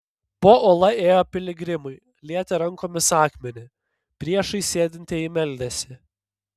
po uola ėjo piligrimai lietė rankomis akmenį priešais sėdintieji meldėsi